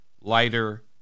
lighter